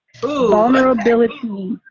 Vulnerability